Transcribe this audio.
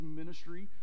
ministry